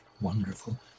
wonderful